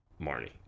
Marnie